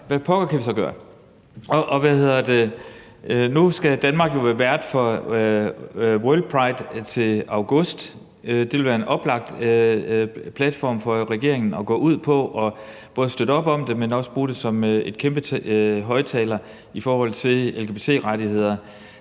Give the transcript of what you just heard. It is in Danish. Hvad pokker kan vi så gøre? Nu skal Danmark jo være vært for World Pride til august, og det ville være en oplagt platform for regeringen at gå ud på, ikke alene for at bakke arrangementet op, men også for at bruge det som en kæmpe højtaler i forhold til i lgbt-rettigheder.